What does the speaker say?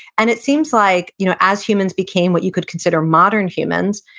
and it seems like you know as humans became what you could consider modern humans,